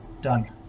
Done